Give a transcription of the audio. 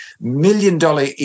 million-dollar